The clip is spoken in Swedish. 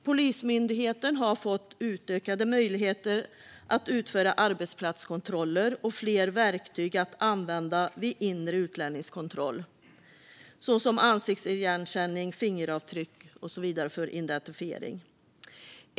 Polismyndigheten har fått utökade möjligheter att utföra arbetsplatskontroller och fler verktyg att använda vid inre utlänningskontroll, såsom ansiktsigenkänning och fingeravtryck för identifiering.